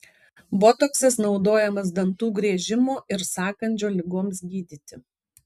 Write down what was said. botoksas naudojamas dantų griežimo ir sąkandžio ligoms gydyti